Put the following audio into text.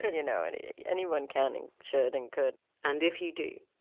you know and anyone can and should and could and if you do,